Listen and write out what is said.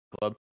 Club